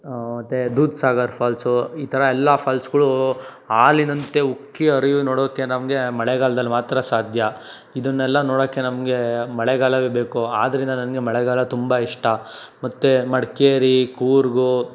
ಮತ್ತು ದೂದ್ ಸಾಗರ್ ಫಾಲ್ಸು ಈ ಥರ ಎಲ್ಲ ಫಾಲ್ಸ್ಗಳು ಹಾಲಿನಂತೆ ಉಕ್ಕಿ ಹರಿಯೋ ನೋಡೋಕ್ಕೆ ನಮಗೆ ಮಳೆಗಾಲ್ದಲ್ಲಿ ಮಾತ್ರ ಸಾಧ್ಯ ಇದನ್ನೆಲ್ಲ ನೋಡೋಕ್ಕೆ ನಮಗೆ ಮಳೆಗಾಲವೇ ಬೇಕು ಆದ್ದರಿಂದ ನನಗೆ ಮಳೆಗಾಲ ತುಂಬ ಇಷ್ಟ ಮತ್ತು ಮಡಿಕೇರಿ ಕೂರ್ಗ್